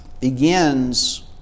begins